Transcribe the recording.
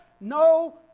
No